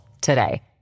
today